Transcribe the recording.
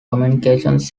communications